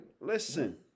Listen